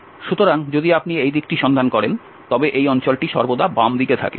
সুতরাং যদি আপনি এই দিকটি সন্ধান করেন তবে এই অঞ্চলটি সর্বদা বাম দিকে থাকে